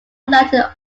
landed